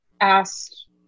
asked